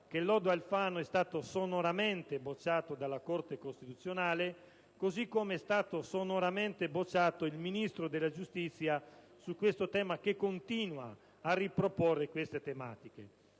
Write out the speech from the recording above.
che il lodo Alfano è stato sonoramente bocciato dalla Corte costituzionale, così come è stato sonoramente bocciato il Ministro della giustizia che su questo tema continua a riproporre le stesse tematiche.